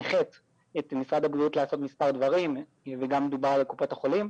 הנחית את משרד הבריאות לעשות מספר דברים וגם דובר על קופות החולים.